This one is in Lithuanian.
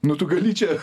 nu tu gali čia